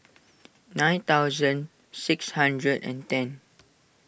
nine thousand six hundred and ten